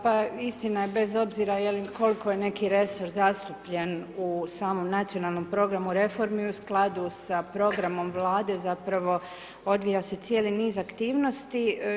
Pa, istina je, bez obzira je li, koliko je neki resor zastupljen u samom nacionalnom programu reformi u skladu sa programom Vlade, zapravo odvija se cijeli niz aktivnosti.